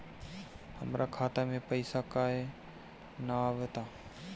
हमरा खाता में पइसा काहे ना आव ता?